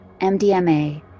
MDMA